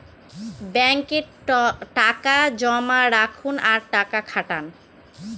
ব্যাঙ্কে টাকা জমা রাখুন আর টাকা খাটান